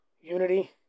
Unity